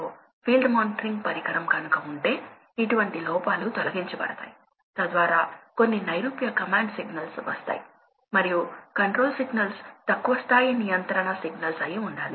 కాబట్టి ఫ్యాన్ యొక్క ప్రాథమిక లక్షణాన్ని చూద్దాం కాబట్టి ఇక్కడ మేము ఉన్నాము ఇది ఫ్యాన్ యొక్క ఇంట్రిన్సిక్ క్యారెక్టరిస్టిక్ లోడ్ తో సంబంధం లేకుండా ఉంటుంది